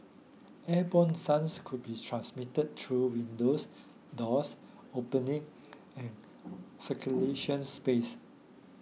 airborne sounds could be transmitted through windows doors opening and circulation space